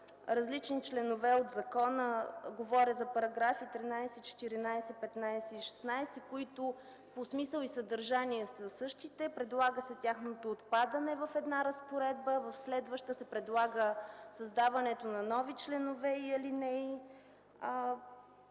различни членове от закона. Говоря за § 13, 14, 15 и 16, които по смисъл и съдържание са същите. Предлага се тяхното отпадане в една разпоредба, а в следваща се предлага създаването на нови членове и алинеи.